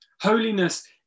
Holiness